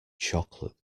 chocolate